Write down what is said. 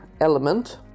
element